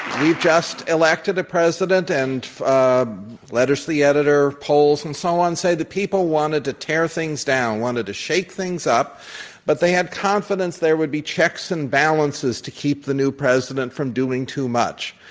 we've just elected a president and um letters to the editor, polls, and so on say that people wanted to tear things down, wanted to shake things up but they had confidence there would be checks and balances to keep the new president from doing too much.